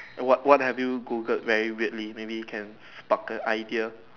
what what have you Googled very weirdly maybe can spark a idea